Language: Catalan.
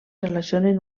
relacionen